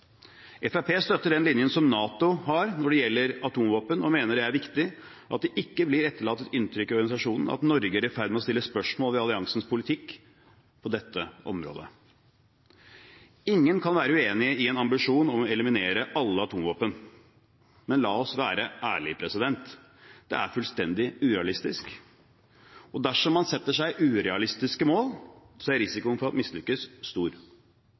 Fremskrittspartiet støtter den linjen som NATO har når det gjelder atomvåpen, og mener det er viktig at det ikke blir etterlatt et inntrykk i organisasjonen om at Norge er i ferd med å stille spørsmål om alliansens politikk på dette området. Ingen kan være uenig i en ambisjon om å eliminere alle atomvåpen, men la oss være ærlige – det er fullstendig urealistisk, og dersom man setter seg urealistiske mål, er risikoen for å mislykkes stor.